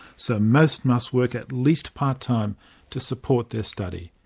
so most must work at least part-time to support their study.